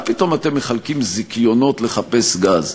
מה פתאום אתם מחלקים זיכיונות לחפש גז?